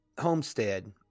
Homestead